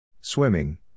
swimming